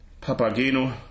Papageno